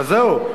וזהו,